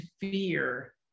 fear